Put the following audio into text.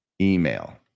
email